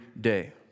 day